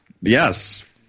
Yes